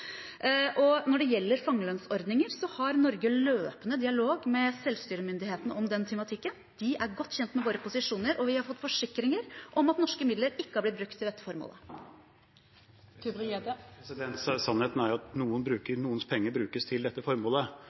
Når det gjelder fangelønnsordningen, har Norge løpende dialog med selvstyremyndighetene om den tematikken. De er godt kjent med våre posisjoner, og vi har fått forsikringer om at norske midler ikke har blitt brukt til dette formålet. Sannheten er at noens penger brukes til dette formålet